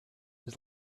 his